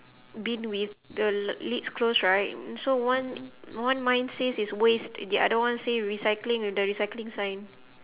bin with the l~ lids closed right so one one mine says it's waste the other one say recycling with the recycling sign